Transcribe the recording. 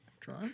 Try